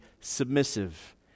submissive